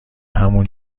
همون